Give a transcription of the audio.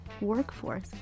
workforce